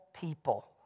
people